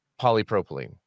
polypropylene